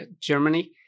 Germany